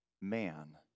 man